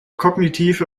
kognitive